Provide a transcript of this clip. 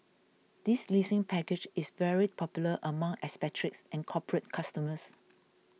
this leasing package is very popular among expatriates and corporate customers